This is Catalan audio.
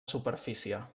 superfície